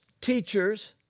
teachers